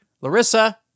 Larissa